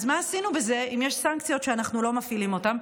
אז מה עשינו בזה אם יש סנקציות שאנחנו לא מפעילים אותן?